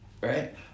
right